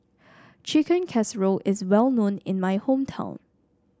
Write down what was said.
Chicken Casserole is well known in my hometown